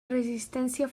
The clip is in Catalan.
resistència